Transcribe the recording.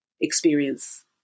experience